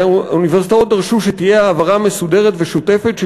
האוניברסיטאות דרשו שתהיה העברה מסודרת ושוטפת של